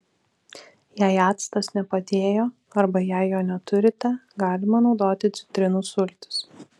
jei actas nepadėjo arba jei jo neturite galima naudoti citrinų sultis